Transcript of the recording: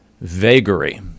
vagary